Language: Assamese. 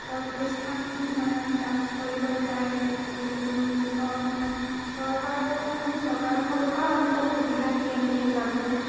প্ৰতিষ্ঠান মানে তাত কৰিবলৈ যায় যিহেতু চৰকাৰৰ মানে চৰকাৰৰ ফালৰ পৰা আজিকালি সুবিধা দিয়ে এনেকৈ যাবলৈ